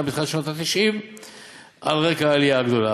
בתחילת שנות ה-90 על רקע העלייה הגדולה.